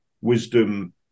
wisdom